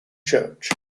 church